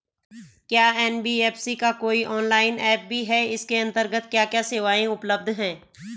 क्या एन.बी.एफ.सी का कोई ऑनलाइन ऐप भी है इसके अन्तर्गत क्या क्या सेवाएँ उपलब्ध हैं?